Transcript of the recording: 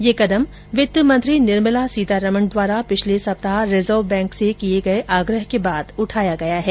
यह कदम वित्त मंत्री निर्मला सीतारमण द्वारा पिछले सप्ताह रिजर्व बैंक से किए गए आग्रह के बाद उठाया गया है